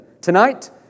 Tonight